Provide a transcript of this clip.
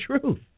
truth